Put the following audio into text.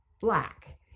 black